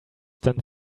done